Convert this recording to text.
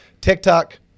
TikTok